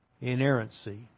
inerrancy